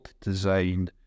design